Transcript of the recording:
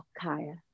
kaya